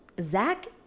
Zach